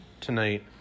tonight